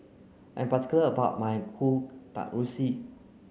I'm particular about my Kueh